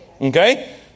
Okay